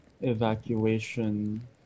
evacuation